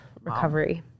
recovery